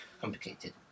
...complicated